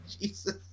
Jesus